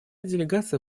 делегация